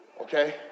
Okay